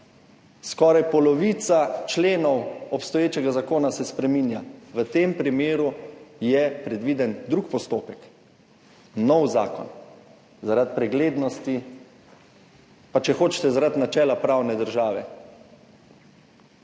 Skoraj polovica členov obstoječega zakona se spreminja. V tem primeru je predviden drug postopek, nov zakon, in to zaradi preglednosti in, če hočete, zaradi načela pravne države.